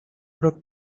urok